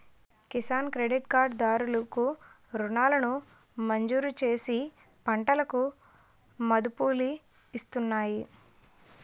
Kisan credit card దారులు కు రుణాలను మంజూరుచేసి పంటలకు మదుపులిస్తున్నాయి